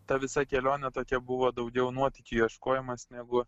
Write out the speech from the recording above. ta visa kelionė tokia buvo daugiau nuotykių ieškojimas negu